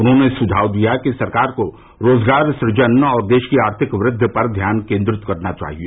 उन्होंने सुझाव दिया कि सरकार को रोजगार सुजन और देश की आर्थिक वृद्वि पर ध्यान केन्द्रीत करना चाहिए